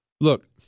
Look